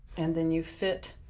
and then you fit